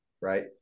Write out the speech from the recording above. Right